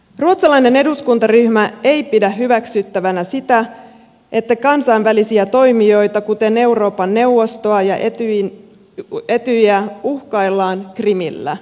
ruotsalainen eduskuntaryhmä ei pidä hyväksyttävänä sitä että kansainvälisiä toimijoita kuten euroopan neuvostoa ja etyjiä uhkaillaan krimillä